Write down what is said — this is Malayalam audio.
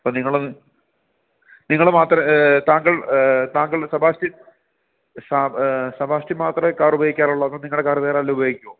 അപ്പോൾ നിങ്ങളത് നിങ്ങൾ മാത്രം താങ്കൾ താങ്കൾ സെബാസ്റ്റ്യൻ സ സെബാസ്റ്റ്യൻ മാത്രമേ കാർ ഉപയോഗിക്കാറുള്ള അതോ നിങ്ങളുടെ കാർ വേറാരേലും ഉപയോഗിക്കുമോ